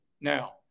now